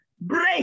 Break